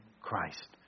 Christ